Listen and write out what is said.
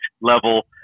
level